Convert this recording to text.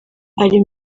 ari